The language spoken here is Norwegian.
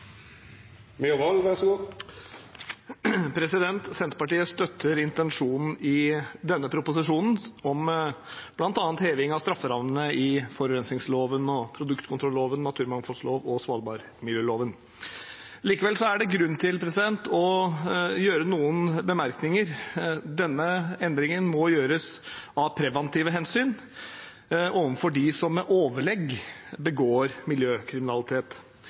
Senterpartiet støtter intensjonen i denne proposisjonen om bl.a. heving av strafferammene i forurensningsloven, produktkontrolloven, naturmangfoldloven og svalbardmiljøloven. Likevel er det grunn til å komme med noen bemerkninger. Denne endringen må gjøres av preventive hensyn overfor dem som med overlegg begår miljøkriminalitet.